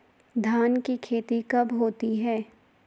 धान की खेती कब होती है?